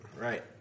Right